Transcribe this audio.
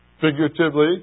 figuratively